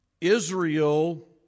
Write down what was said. Israel